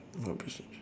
what phrase you choose